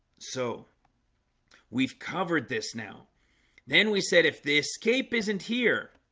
so we've covered this now then we said if the escape isn't here